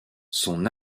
son